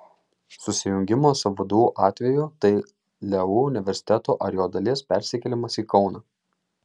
susijungimo su vdu atveju tai leu universiteto ar jo dalies persikėlimas į kauną